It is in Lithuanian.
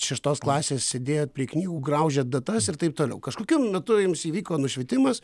šeštos klasės sėdėjot prie knygų graužėt datas ir taip toliau kažkokiu metu jums įvyko nušvitimas